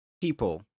people